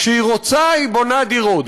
כשהיא רוצה, היא בונה דירות.